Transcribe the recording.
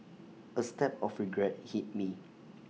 A stab of regret hit me